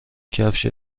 کفش